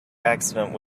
accident